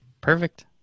Perfect